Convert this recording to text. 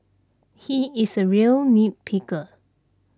he is a real nit picker